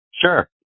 Sure